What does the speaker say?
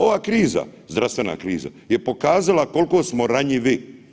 Ova kriza, zdravstvena kriza je pokazala koliko smo ranjivi.